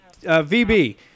VB